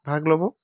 ভাগ ল'ব